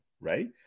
Right